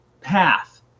path